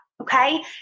Okay